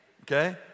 okay